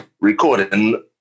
recording